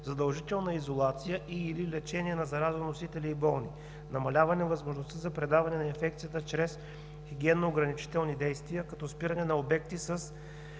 задължителна изолация и/или лечение на заразоносители и болни; намаляване възможността за предаване на инфекцията чрез хигиенно-ограничителни действия, като спиране на обекти с